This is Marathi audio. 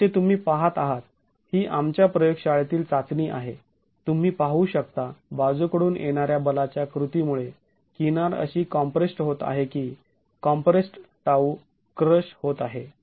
जसे तुम्ही पाहत आहात ही आमच्या प्रयोग शाळेतील चाचणी आहे तुम्ही पाहू शकता बाजू कडून येणाऱ्या बलाच्या कृतीमुळे किनार कशी कॉम्प्रेस्ड् होत आहे कि कॉम्प्रेस्ड् टाऊ क्रश होत आहे